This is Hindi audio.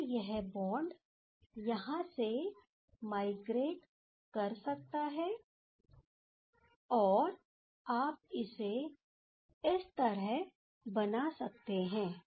फिर यह बॉन्ड यहां से माइग्रेट कर सकता है और आप इसे इस तरह बना सकते हैं